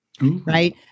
right